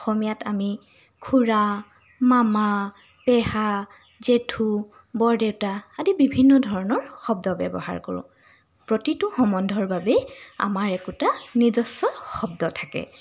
অসমীয়াত আমি খুৰা মামা পেহা জেঠু বৰদেউতা আদি বিভিন্ন ধৰণৰ শব্দ ব্যৱহাৰ কৰোঁ প্ৰতিটো সম্বন্ধৰ বাবেই আমাৰ একোটা নিজস্ব শব্দ থাকে